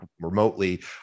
remotely